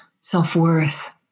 self-worth